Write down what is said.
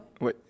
Oui